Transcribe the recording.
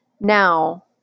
Now